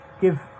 give